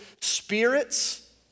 spirits